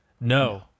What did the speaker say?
no